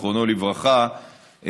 זיכרונו לברכה,